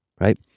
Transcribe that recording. right